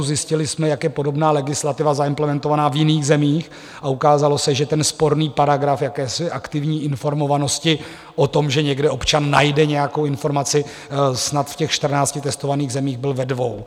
Zjistili jsme, jak je podobná legislativa zaimplementována v jiných zemích, a ukázalo se, že ten sporný paragraf jakési aktivní informovanosti o tom, že někde občan najde nějakou informaci, snad v těch čtrnácti testovaných zemích byl ve dvou.